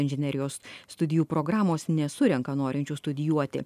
inžinerijos studijų programos nesurenka norinčių studijuoti